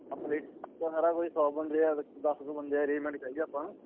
ਆਪਣੇ ਸਾਰਾ ਕੁਝ ਸੌ ਬੰਦਿਆ ਇਕ ਸੌ ਦਸ ਕੁ ਬੰਦੇ ਦਾ ਅਰੇਂਜਮੈਂਟ ਚਾਹੀਦਾ ਆਪਾਂ ਨੂੰ